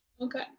okay